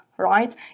right